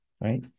Right